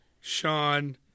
Sean